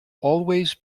always